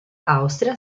austria